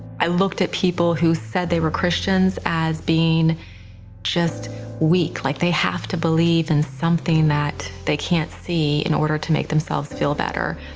i looked at people who said they were christians as being just weak. like they have to believe in something that they can't see in order to make themselves feel better.